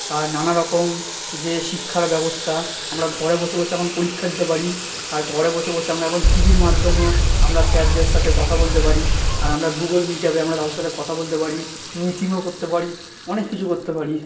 আর নানা রকম যে শিক্ষার ব্যবস্থা আমরা ঘরে বসে বসে এখন পরীক্ষা দিতে পারি আর ঘরে বসে বসে আমরা এখন টি ভির মাধ্যমেও আমরা স্যারদের সাথে কথা বলতে পারি আর আমরা গুগল মিট অ্যাপে আমরা তাদের সাথে কথা বলতে পারি মিটিংও করতে পারি অনেক কিছু করতে পারি